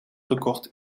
gekocht